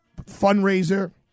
fundraiser